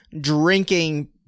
drinking